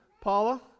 Paula